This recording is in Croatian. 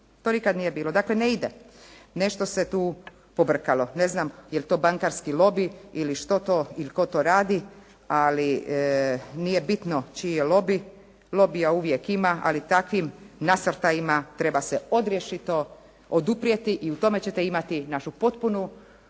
to nikada nije bilo. Dakle, ne ide. Nešto se tu pobrkalo. Ne znam jeli to bankarski lobi ili što to ili tko to radi, ali nije bitno čiji je lobi. Lobija uvijek ima, ali takvim nasrtajima treba se odrješito oduprijeti i u tome ćete imati našu potpunu